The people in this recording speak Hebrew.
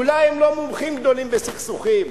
אולי הם לא מומחים גדולים בסכסוכים,